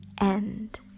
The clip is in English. end